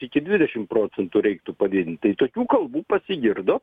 iki dvidešim procentų reiktų padidint tai tokių kalbų pasigirdo